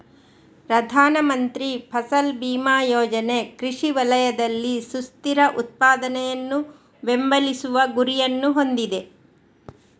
ಪ್ರಧಾನ ಮಂತ್ರಿ ಫಸಲ್ ಬಿಮಾ ಯೋಜನೆ ಕೃಷಿ ವಲಯದಲ್ಲಿ ಸುಸ್ಥಿರ ಉತ್ಪಾದನೆಯನ್ನು ಬೆಂಬಲಿಸುವ ಗುರಿಯನ್ನು ಹೊಂದಿದೆ